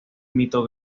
mito